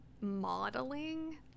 modeling